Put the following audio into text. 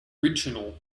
original